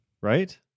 right